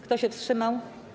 Kto się wstrzymał?